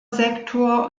sektor